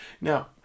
Now